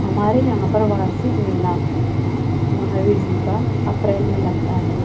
हमारे यहां पर वार्षिक मेला महावीर जी का अप्रैल में लगता है